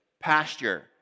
pasture